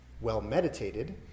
well-meditated